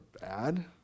bad